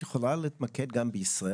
את יכולה להתמקד גם בישראל,